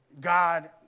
God